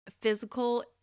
Physical